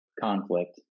conflict